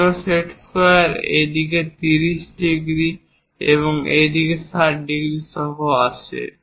অন্য set square এই দিকে 30 ডিগ্রী এবং এই দিকে 60 ডিগ্রী সহ আসে